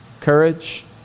courage